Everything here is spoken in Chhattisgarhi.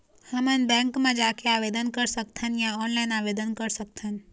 हमन बैंक मा जाके आवेदन कर सकथन या ऑनलाइन आवेदन कर सकथन?